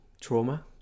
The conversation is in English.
trauma